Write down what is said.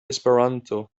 esperanto